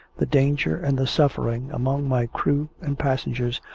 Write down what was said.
the danger, and the suffering among my crew and passengers,